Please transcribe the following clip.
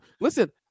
listen